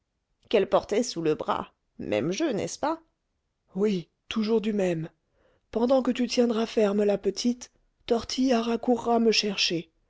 qu'elle portait sous le bras même jeu n'est-ce pas oui toujours du même pendant que tu tiendras ferme la petite tortillard accourra me chercher